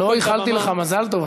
לא איחלתי לך מזל טוב,